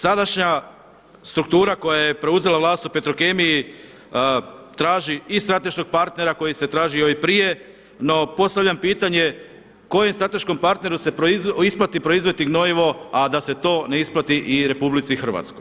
Sadašnja struktura koja je preuzela vlast u Petrokemiji traži i strateškog partnera koji se tražio i prije, no postavljam pitanje, kojem strateškom partneru isplati proizvesti gnojivo, a da se to ne isplati i RH?